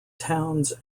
towns